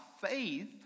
faith